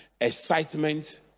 excitement